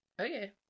okay